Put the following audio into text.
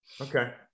Okay